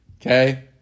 Okay